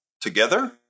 together